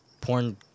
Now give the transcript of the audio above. porn